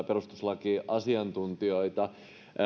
perustuslakiasiantuntijoita